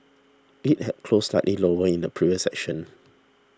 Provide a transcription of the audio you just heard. it had closed slightly lower in the previous session